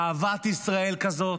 אהבת ישראל כזאת,